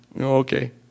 Okay